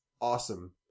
awesome